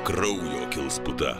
kraujo kils puta